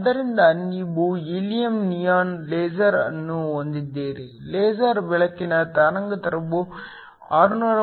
ಆದ್ದರಿಂದ ನೀವು helium neon laser ಅನ್ನು ಹೊಂದಿದ್ದೀರಿ ಲೇಸರ್ ಬೆಳಕಿನ ತರಂಗಾಂತರ 632